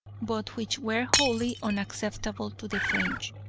but which were wholly unacceptable to the french.